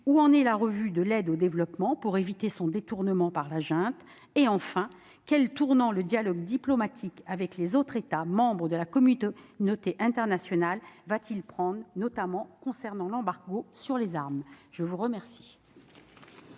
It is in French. où en est la revue de l'aide au développement pour éviter son détournement par la junte ? Enfin, quel tournant le dialogue diplomatique avec les autres États membres de la communauté internationale va-t-il prendre, notamment concernant l'embargo sur les armes ? La parole